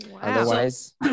otherwise